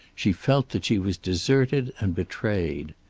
she felt that she was deserted and betrayed.